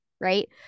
right